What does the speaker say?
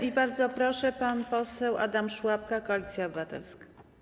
I bardzo proszę, pan poseł Adam Szłapka, Koalicja Obywatelska.